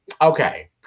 okay